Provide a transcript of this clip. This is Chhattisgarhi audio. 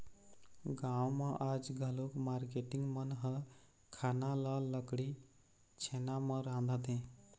गाँव म आज घलोक मारकेटिंग मन ह खाना ल लकड़ी, छेना म रांधथे